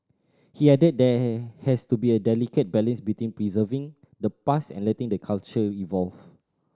he added there has to be a delicate balance between preserving the past and letting the culture evolve